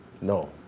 No